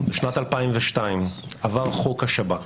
בשנת 2002 עבר חוק השב"כ